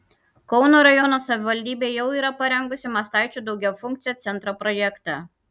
kauno rajono savivaldybė jau yra parengusi mastaičių daugiafunkcio centro projektą